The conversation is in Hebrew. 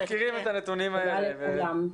תודה לכולם.